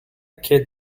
kid